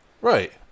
Right